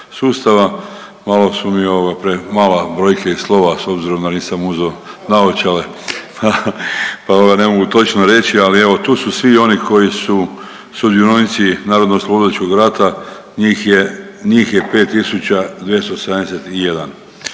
Malo su mi ovo, premala brojke i slova s obzirom da nisam uzeo naočale pa ne mogu točno reći, ali evo, tu su svi oni koji su sudionici narodnooslobodilačkog rata, njih je 5271.